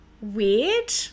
weird